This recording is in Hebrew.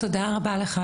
תודה רבה לך,